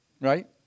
right